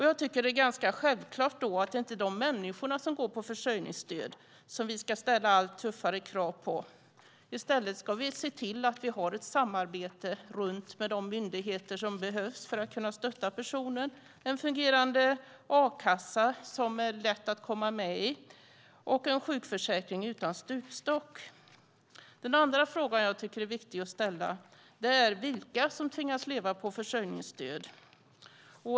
Jag tycker att det är ganska självklart att det inte är de människor som går på försörjningsstöd som vi ska ställa allt tuffare krav på. I stället ska vi se till att vi har ett samarbete med de myndigheter som behövs för att vi ska kunna stötta personen, en fungerande a-kassa som är lätt att komma med i och en sjukförsäkring utan stupstock. Den andra frågan jag tycker är viktig att ställa är vilka som tvingas leva på försörjningsstöd.